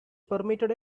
permitted